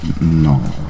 no